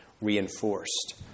reinforced